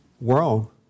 world